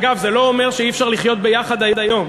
אגב, זה לא אומר שאי-אפשר לחיות ביחד היום.